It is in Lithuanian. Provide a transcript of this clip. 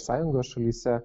sąjungos šalyse